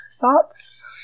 thoughts